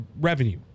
revenue